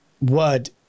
word